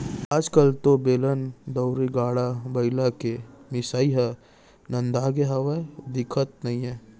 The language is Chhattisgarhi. आज कल तो बेलन, दउंरी, गाड़ा बइला के मिसाई ह नंदागे हावय, दिखते नइये